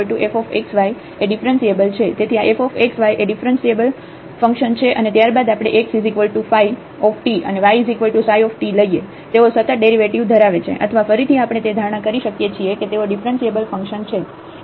તેથી આ f x y એ ડિફ્રન્સિએબલ ફંક્શન છે અને ત્યારબાદ આપણે x ϕ અને y ψ લઈએ તેઓ સતત ડેરિવેટિવ ધરાવે છે અથવા ફરીથી આપણે તે ધારણા કરી શકીએ છીએ કે તેઓ ડિફ્રન્સિએબલ ફંક્શન છે